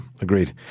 Agreed